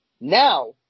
now